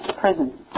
prison